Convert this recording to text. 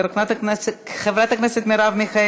חבר הכנסת זוהיר בהלול,